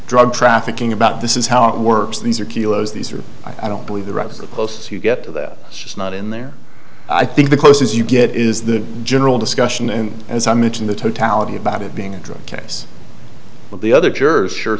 drug trafficking about this is how it works these are kilos these are i don't believe the rest of the posts you get to that just not in there i think the close as you get is the general discussion and as i mentioned the totality about it being a drug case of the other jurors sure